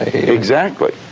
exactly.